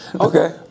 Okay